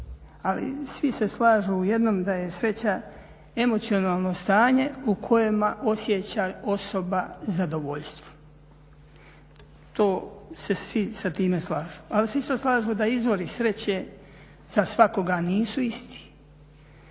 Ali svi se slažu u jednom da je sreća emocionalno stanje u kojem osjeća osoba zadovoljstvo. To se svi sa time slažu. Ali se isto slažu da izvori sreće za svakoga nisu isti.